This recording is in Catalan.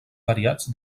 variats